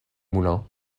moulins